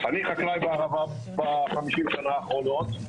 אני חקלאי בערבה ב-50 השנה האחרונות,